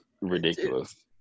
ridiculous